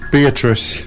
Beatrice